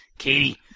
Katie